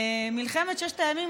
מלחמת ששת הימים,